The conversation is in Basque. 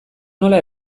nola